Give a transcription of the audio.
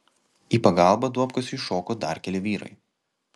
į pagalbą duobkasiui šoko dar keli vyrai